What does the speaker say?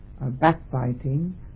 backbiting